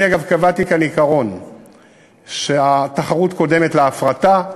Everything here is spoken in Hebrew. אני, אגב, קבעתי כאן עיקרון שהתחרות קודמת להפרטה.